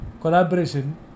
collaboration